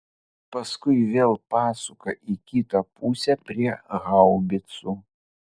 paskui vėl pasuka į kitą pusę prie haubicų